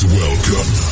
welcome